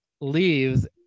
leaves